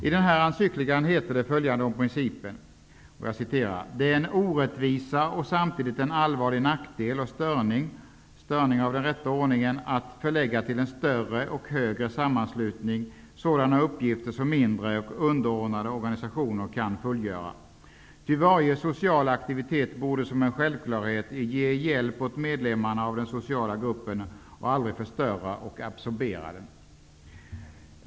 I encyklikan heter det följande om principen: ''Det är en orättvisa och samtidigt en allvarlig nackdel och störning av den rätta ordningen att förlägga till en större och högre sammanslutning sådana uppgifter som mindre och underordnade organisationer kan fullgöra. Ty varje social aktivitet borde som en självklarhet ge hjälp till medlemmarna av den sociala gruppen och aldrig förstöra och absorbera den.''